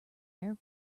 air